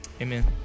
amen